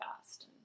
fast